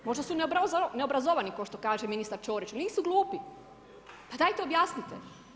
Možda su neobrazovani kao što kaže ministar Ćorić, nisu glupi, pa dajte objasnite.